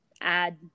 add